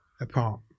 apart